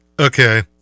Okay